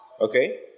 okay